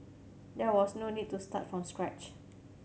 there was no need to start from scratch